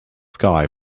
sky